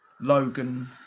Logan